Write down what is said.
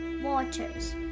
waters